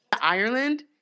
Ireland